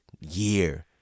Year